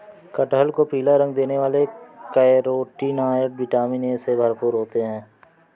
कटहल को पीला रंग देने वाले कैरोटीनॉयड, विटामिन ए से भरपूर होते हैं